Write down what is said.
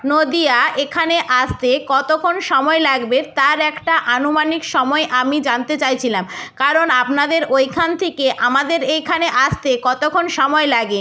নদিয়া এখানে আসতে কতক্ষণ সময় লাগবে তার একটা আনুমানিক সময় আমি জানতে চাইছিলাম কারণ আপনাদের ওইখান থেকে আমাদের এইখানে আসতে কতক্ষণ সময় লাগে